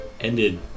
ended